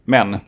Men